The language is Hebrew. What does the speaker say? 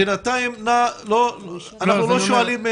בינתיים אנחנו לא שואלים.